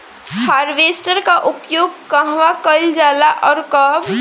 Harvester का उपयोग कहवा कइल जाला और कब?